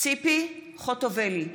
ציפי חוטובלי,